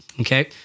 Okay